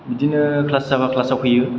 बिदिनो क्लास जाबा क्लासाव फैयो